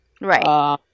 Right